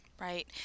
right